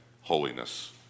holiness